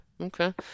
okay